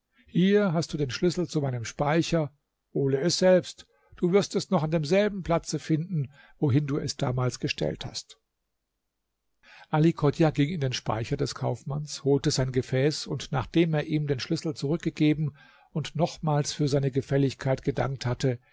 hier hast du den schlüssel zu meinem speicher hole es selbst du wirst es noch an demselben platze finden wohin du es damals gestellt hast ali chodjah ging in den speicher des kaufmanns holte sein gefäß und nachdem er ihm den schlüssel zurückgegeben und nochmals für seine gefälligkeit gedankt hatte